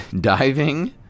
diving